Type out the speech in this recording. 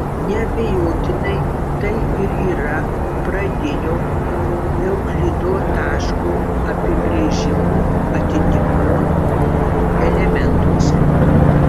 neabejotinai tai ir yra pradinio euklido taško apibrėžimo atitikmuo elementuose